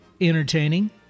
entertaining